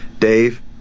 Dave